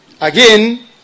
again